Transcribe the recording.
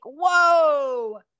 whoa